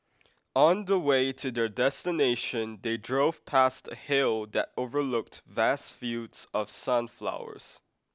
on the way to their destination they drove past a hill that overlooked vast fields of sunflowers